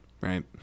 right